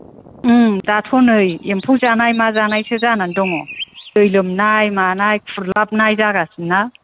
उम दाथ' नै एम्फौ जानाय मा जानायसो जानान दङ दै लोमनाय मानाय खुर्लाबनाय जागासिनो ना